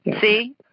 see